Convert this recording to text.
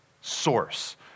source